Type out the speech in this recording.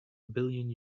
billion